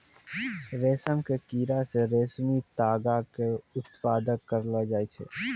रेशम के कीड़ा से रेशमी तागा के उत्पादन करलो जाय छै